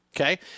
okay